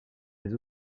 les